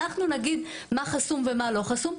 אנחנו נגיד מה חסום ומה לא חסום,